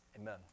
Amen